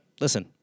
listen